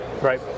Right